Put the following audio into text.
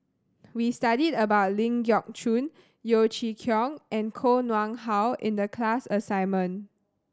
we studied about Ling Geok Choon Yeo Chee Kiong and Koh Nguang How in the class assignment